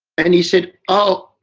and he said, oh.